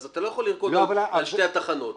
אז אתה לא יכול לרקוד על שתי התחנות.